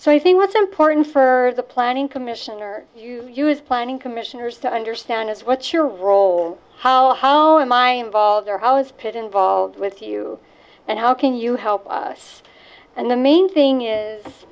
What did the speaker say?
so i think what's important for the planning commissioner you is planning commissioners to understand is what's your role how am i involved or how is paid involved with you and how can you help us and the main thing is